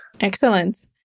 Excellent